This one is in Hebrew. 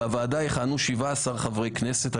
בוועדה יכהנו 17 חברי כנסת,